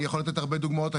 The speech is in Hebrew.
אני יכול לתת הרבה דוגמאות.